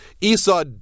Esau